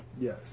Yes